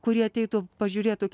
kurį ateitų pažiūrėtų